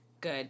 good